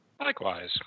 Likewise